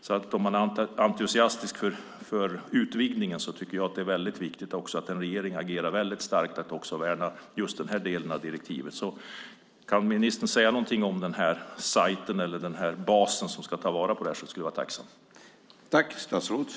Är man entusiastisk vad gäller utvidgningen måste man också värna denna del av direktivet, så om ministern kan säga något om databasen som ska ta vara på detta vore jag tacksam.